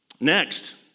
Next